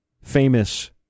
famous